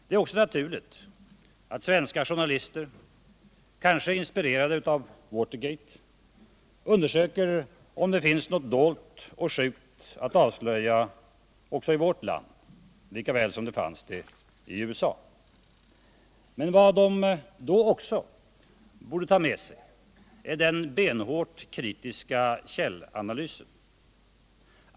Det är också naturligt alt svenska journalister — kanske inspirerade av Watergate — undersöker om det finns något dolt och sjukt att avslöja också i vårt land, likaväl som det fanns i USA. Men vad de då också borde ta med sig är den benhårt kritiska källanalysen.